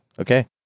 Okay